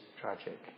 tragic